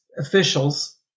officials